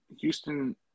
Houston